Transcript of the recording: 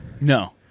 No